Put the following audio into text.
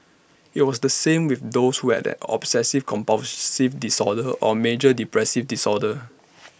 IT was the same with those who had an obsessive compulsive disorder or A major depressive disorder